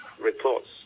reports